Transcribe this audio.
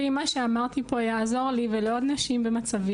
ואם מה שאמרתי פה יעזור לי ולעוד נשים במצבי